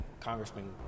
Congressman